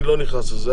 אני לא נכנס לזה,